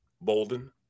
Bolden